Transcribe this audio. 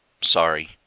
Sorry